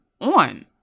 on